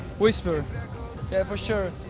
whisper, yeah for sure.